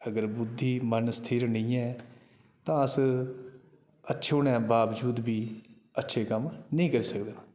अगर बुद्धि मन स्थिर निं ऐ तां अस अच्छे होने दे बावजूद बी अच्छे कम्म निं करी सकदे न